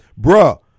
bruh